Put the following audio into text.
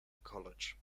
college